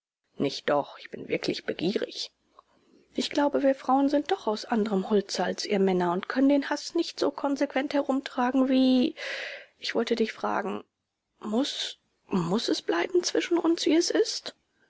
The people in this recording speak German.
nicht doch ich bin wirklich begierig ich glaube wir frauen sind doch aus anderem holze als ihr männer und können den haß nicht so konsequent herumtragen wie ich wollte dich fragen muß muß es bleiben zwischen uns wie es ist